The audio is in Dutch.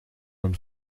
een